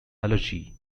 allergy